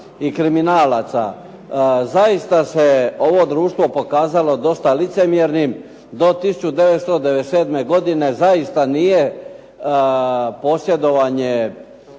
i kriminalaca zaista se ovo društvo pokazalo dosta licemjernim do 1997. godine zaista nije posjedovanje